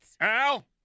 Al